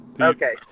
Okay